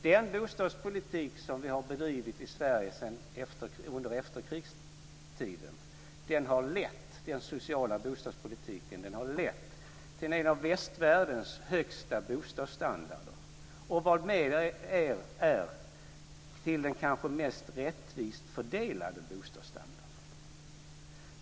Den sociala bostadspolitik som vi bedrivit i Sverige under efterkrigstiden har lett till att Sverige är ett av de länder i västvärlden som har den högsta bostadsstandarden. Dessutom handlar det om den kanske mest rättvist fördelade bostadsstandarden.